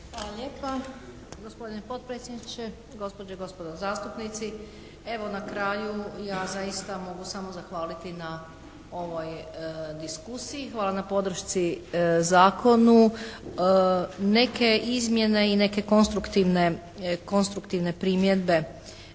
Hvala lijepa, gospodine potpredsjedniče, gospođe i gospodo zastupnici. Evo na kraju ja zaista mogu samo zahvaliti na ovoj diskusiji. Hvala na podršci zakonu. Neke izmjene i neke konstruktivne primjedbe